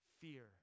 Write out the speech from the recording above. fear